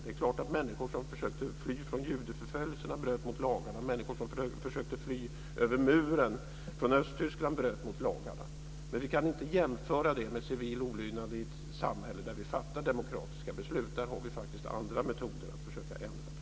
Det är klart att människor som försökte fly från judeförföljelsen bröt mot lagarna, liksom människor som försökte fly över muren från Östtyskland bröt mot lagarna. Men vi kan inte jämföra det med civil olydnad i ett samhälle där vi fattar demokratiska beslut. Där har vi faktiskt andra metoder för att försöka ändra besluten.